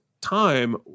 time